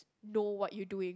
know what you doing